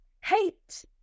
hate